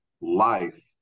life